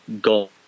go